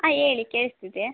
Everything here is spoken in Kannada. ಹಾಂ ಹೇಳಿ ಕೇಳಿಸ್ತಿದೆ